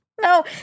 no